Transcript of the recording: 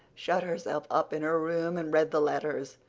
shut herself up in her room, and read the letters.